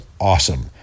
awesome